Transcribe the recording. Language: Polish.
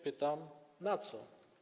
Pytam: Na co?